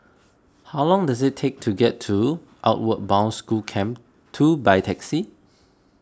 how long does it take to get to Outward Bound School Camp two by taxi